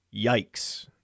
Yikes